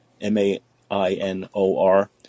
m-a-i-n-o-r